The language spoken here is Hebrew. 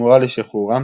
בתמורה לשחרורם,